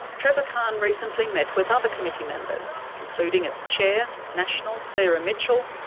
trevor khan recently met with other committee members including its chair, nationals sarah mitchell,